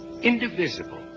indivisible